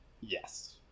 Yes